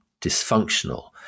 dysfunctional